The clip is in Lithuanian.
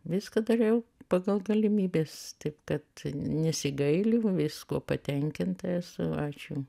viską dariau pagal galimybes taip kad nesigailiu viskuo patenkinta esu ačiū